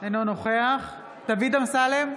אינו נוכח דוד אמסלם,